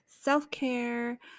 self-care